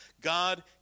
God